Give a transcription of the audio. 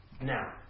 Now